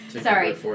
Sorry